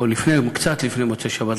או קצת לפני מוצאי שבת,